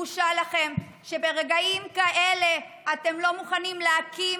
בושה לכם שברגעים כאלה אתם לא מוכנים להקים